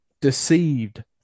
deceived